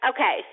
Okay